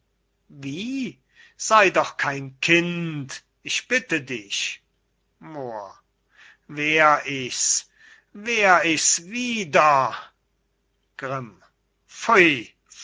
sey doch kein kind ich bitte dich moor wär ich's wär ich's wieder grimm